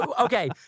okay